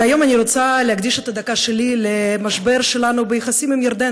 והיום אני רוצה להקדיש את הדקה שלי למשבר ביחסים שלנו